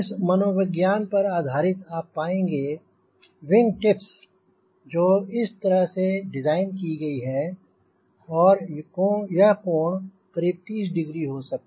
इस मनोविज्ञान पर आधारित आप पाएंँगे विंग टिप्स जो उस तरह डिज़ाइन की गई हैं और यह कोण करीब 30 डिग्री हो सकता है